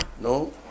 No